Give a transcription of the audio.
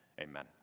Amen